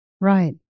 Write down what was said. Right